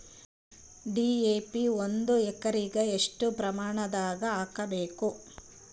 DAP ಒಂದು ಎಕರಿಗ ಎಷ್ಟ ಪ್ರಮಾಣದಾಗ ಹಾಕಬೇಕು?